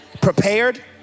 Prepared